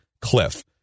cliff